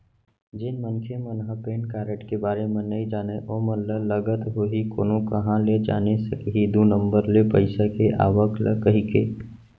जेन मनखे मन ह पेन कारड के बारे म नइ जानय ओमन ल लगत होही कोनो काँहा ले जाने सकही दू नंबर ले पइसा के आवक ल कहिके